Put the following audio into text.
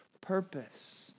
purpose